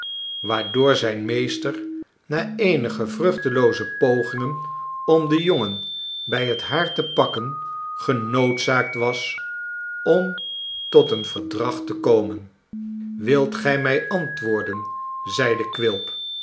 waardoor zijn meester na eenige vruchtelooze pogingen om den jongen bij het haar te pakken genoodzaakt was om tot een verdrag te komen wilt gij mij antwoorden zeide quilp